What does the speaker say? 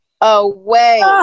Away